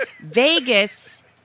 Vegas